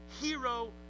hero